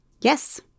Yes